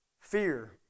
fear